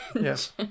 yes